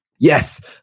Yes